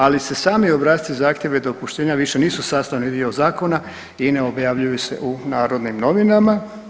Ali se sami obrasci zahtjeva i dopuštenja više nisu sastavni dio zakona i ne objavljuju se u Narodnim novinama.